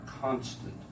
constant